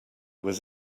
was